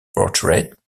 portrait